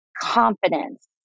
confidence